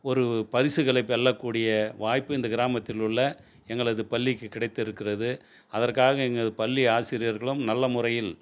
ஒரு பரிசுகளை வெல்லக் கூடிய வாய்ப்பு இந்த கிராமத்தில் உள்ள எங்களது பள்ளிக்கு கிடைத்திருக்கிறது அதற்காக எங்கள் பள்ளி ஆசிரியர்களும் நல்ல முறையில்